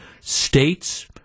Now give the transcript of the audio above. states-